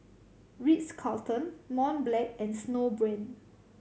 Ritz Carlton Mont Blanc and Snowbrand